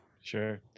Sure